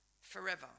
forever